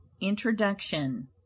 Introduction